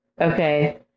Okay